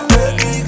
Baby